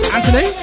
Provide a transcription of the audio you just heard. Anthony